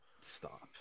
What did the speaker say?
Stop